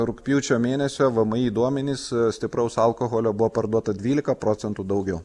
rugpjūčio mėnesio vmi duomenys stipraus alkoholio buvo parduota dvylika procentų daugiau